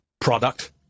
product